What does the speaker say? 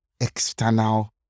external